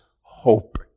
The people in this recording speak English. hope